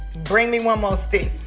bring me one more stick.